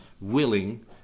willing